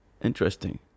Interesting